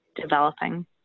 developing